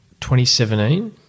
2017